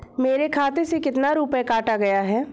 मेरे खाते से कितना रुपया काटा गया है?